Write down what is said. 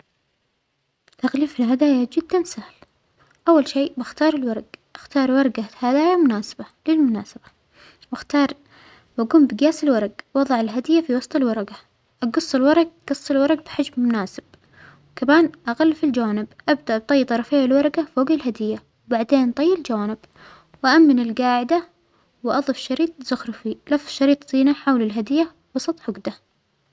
تغليف الهدايا جدا سهل، أول شيء بختار الورج أختار ورجة هدايا مناسبة للمناسبة، وأختار وأجوم بجياس الورج وأضع الهدية فى وسط الورجة، أجص الورج جص الورق بحجم مناسب وكمان أغلف الجوانب، أبدأ بطى طرفى الورجة فوق الهدية وبعدين طى الجوانب وأءمن القاعدة وأظف شريط زخرفى، لف الشريط زينة حول الهدية وسط عجدة.